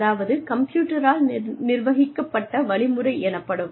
அதாவது கம்ப்யூட்டரால் நிர்வகிக்கப்பட்ட வழிமுறை எனப்படும்